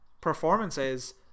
performances